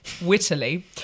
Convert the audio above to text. wittily